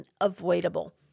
unavoidable